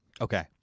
Okay